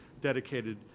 dedicated